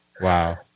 Wow